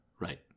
Right